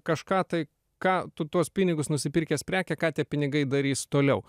kažką tai ką tu tuos pinigus nusipirkęs prekę ką tie pinigai darys toliau